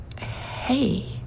Hey